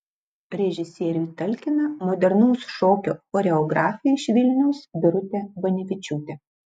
režisieriui talkina modernaus šokio choreografė iš vilniaus birutė banevičiūtė